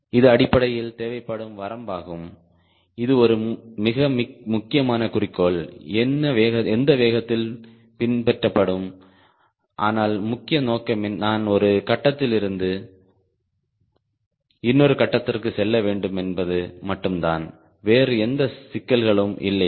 இது அடிப்படையில் தேவைப்படும் வரம்பாகும் இது ஒரு மிக முக்கியமான குறிக்கோள் எந்த வேகத்தில் பின்பற்றப்படும் ஆனால் முக்கிய நோக்கம் நான் ஒரு கட்டத்தில் இருந்து இன்னொரு கட்டத்திற்கு செல்ல வேண்டும் என்பது மட்டும்தான் வேறு எந்த சிக்கல்களும் இல்லையா